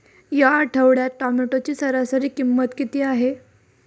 या आठवड्यात टोमॅटोची सरासरी किंमत किती आहे?